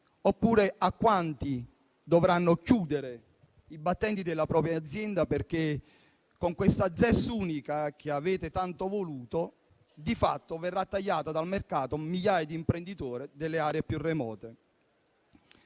oppure a quanti dovranno chiudere i battenti della propria azienda, perché con questa zona economica speciale (ZES) unica che avete tanto voluto di fatto verranno tagliati dal mercato migliaia di imprenditori delle aree più remote.